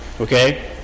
okay